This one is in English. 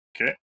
Okay